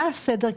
מה הסדר?